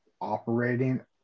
operating